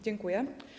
Dziękuję.